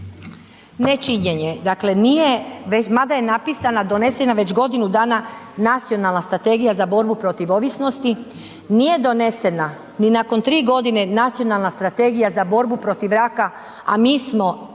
Nečinjenje, dakle nije, mada je napisana, donesena već godinu dana nacionalna strategija za borbu protiv ovisnosti, nije donesena ni nakon 3.g. nacionalna strategija za borbu protiv raka, a mi smo apsolutno